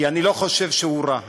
כי אני לא חושב שהוא רע.